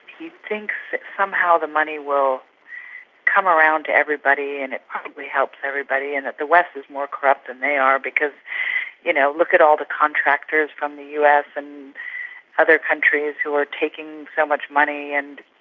he thinks that somehow the money will come around to everybody and it probably helps everybody and that the wet more corrupt than they are because you know, look at all the contractors from the us and other countries who are taking so much money, and